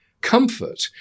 comfort